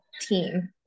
team